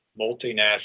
multinational